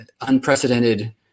unprecedented